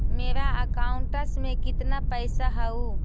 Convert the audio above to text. मेरा अकाउंटस में कितना पैसा हउ?